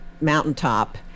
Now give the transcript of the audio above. mountaintop